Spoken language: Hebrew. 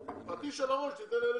פטיש על הראש תן לאלה